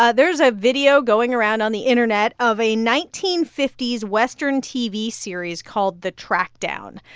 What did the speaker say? ah there's a video going around on the internet of a nineteen fifty s western tv series called the trackdown.